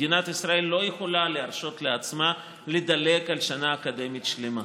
מדינת ישראל לא יכולה להרשות לעצמה לדלג על שנה אקדמית שלמה.